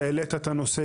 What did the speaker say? העלית את הנושא,